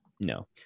No